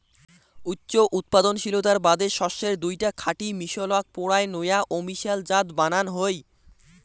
উচ্চ উৎপাদনশীলতার বাদে শস্যের দুইটা খাঁটি মিশলক পরায় নয়া অমিশাল জাত বানান হই